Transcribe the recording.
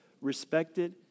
respected